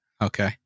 Okay